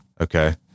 Okay